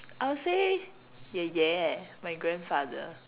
I'll say 爷爷 my grandfather